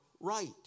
Right